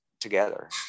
together